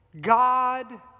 God